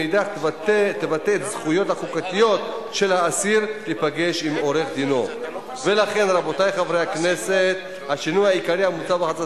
עם אסיר, עורך-דין מסוים, כאשר יש חשש כי